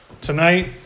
Tonight